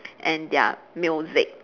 and there are music